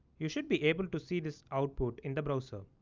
you should be able to see this output in the browser.